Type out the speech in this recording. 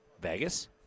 Vegas